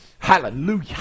Hallelujah